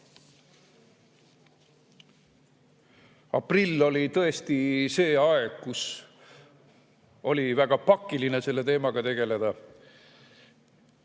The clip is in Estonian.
Aprill oli tõesti see aeg, kus oli väga pakiline selle teemaga tegeleda.